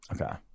Okay